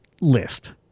list